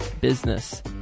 business